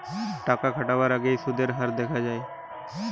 টাকা খাটাবার আগেই সুদের হার দেখা যায়